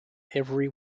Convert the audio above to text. every